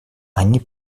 они